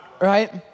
Right